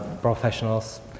professionals